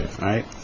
right